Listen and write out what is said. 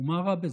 מה רע בזה?